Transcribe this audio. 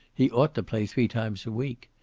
he ought to play three times a week.